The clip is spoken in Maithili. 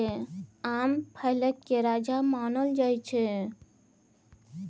आम फलक राजा मानल जाइ छै